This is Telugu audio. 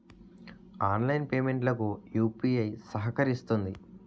ఆన్లైన్ పేమెంట్ లకు యూపీఐ సహకరిస్తుంది